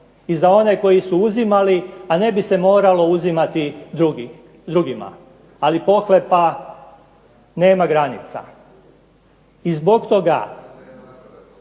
i za one koji su uzimali, a ne bi se moralo uzimati drugima. Ali pohlepa nema granica. I zbog toga